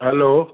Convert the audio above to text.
hello